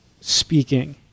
speaking